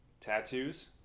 tattoos